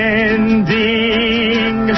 ending